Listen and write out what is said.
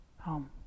home